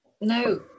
no